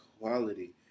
quality